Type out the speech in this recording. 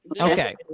Okay